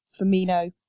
Firmino